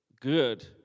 good